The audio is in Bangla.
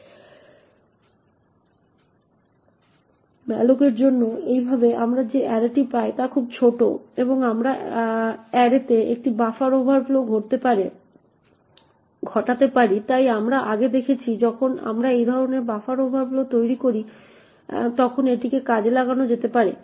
malloc এর জন্য এইভাবে আমরা যে অ্যারেটি পাই তা খুবই ছোট এবং আমরা আমার অ্যারেতে একটি বাফার ওভারফ্লো ঘটাতে পারি তাই আমরা আগে দেখেছি যখন আমরা এই ধরনের বাফার ওভারফ্লো তৈরি করি তখন এটিকে কাজে লাগানো যেতে পারে